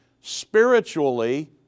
spiritually